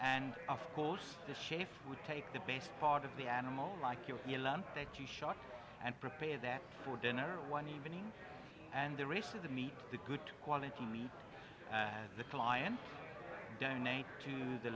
chef would take the best part of the animal like your lump that you shot and prepare that for dinner one evening and the rest of the meat the good quality meat the clients donate to the